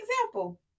example